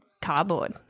Cardboard